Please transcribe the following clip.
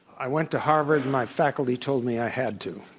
i went to harvard. my faculty told me i had to.